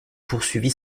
poursuivit